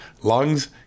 lungs